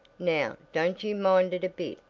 now don't you mind it a bit,